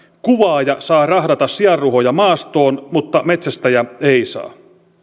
kuvaaja saa rahdata sianruhoja maastoon mutta metsästäjä ei saa